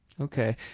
Okay